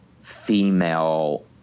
female